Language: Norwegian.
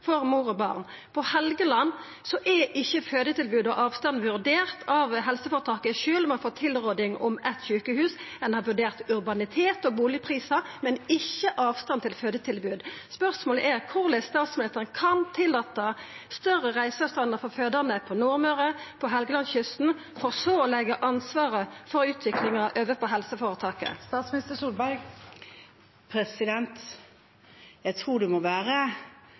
for mor og barn. På Helgeland er ikkje fødetilbodet og avstanden vurderte av helseføretaket, sjølv om ein har fått tilråding om eitt sjukehus. Ein har vurdert urbanitet og bustadprisar, men ikkje avstanden til fødetilbod. Spørsmålet er korleis statsministeren kan tillata større reiseavstandar for fødande på Nordmøre og på Helgelandskysten, og så leggja ansvaret for utviklinga over på helseføretaket.